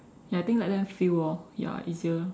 ya I think let them feel orh ya easier